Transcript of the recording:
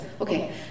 Okay